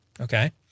Okay